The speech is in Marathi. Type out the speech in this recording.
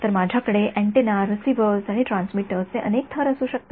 तर माझ्याकडे अँटीना रिसीव्हर्स आणि ट्रान्समीटर चे अनेक थर असू शकतात